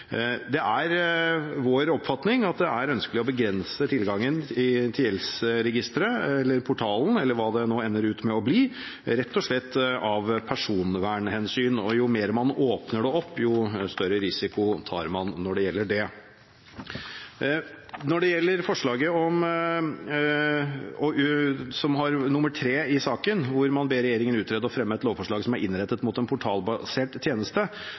Det er vår oppfatning at det er ønskelig å begrense tilgangen til gjeldsregisteret – portalen eller hva det ender med å bli, rett og slett av personvernhensyn. Jo mer man åpner det opp, jo større risiko tar man. Når det gjelder forslag nr. 3 i saken, hvor man ber regjeringen utrede og fremme et lovforslag som er innrettet mot en portalbasert tjeneste,